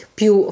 più